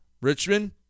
Richmond